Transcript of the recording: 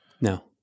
No